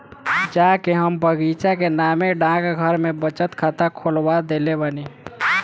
जा के हम बचिया के नामे डाकघर में बचत खाता खोलवा देले बानी